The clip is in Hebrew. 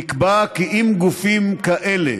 נקבע כי אם גופים כאלה